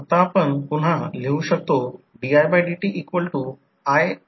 परंतु आपण पूर्वी पाहिले आहे की K आपण पूर्वी पाहिले आहे K trans ratio N1 N2 म्हणून R2 K 2 R2 असेल